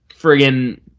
friggin